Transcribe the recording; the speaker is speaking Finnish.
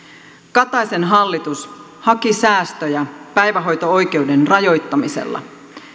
kataisen hallitus haki säästöjä päivähoito oikeuden rajoittamisella